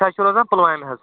أسۍ حظ چھِ روزان پُلوامہِ حظ